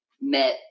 met